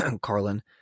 Carlin